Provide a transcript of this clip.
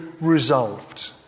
resolved